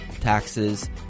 taxes